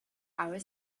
our